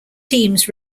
teams